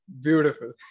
Beautiful